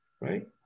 right